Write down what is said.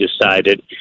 decided